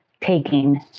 taking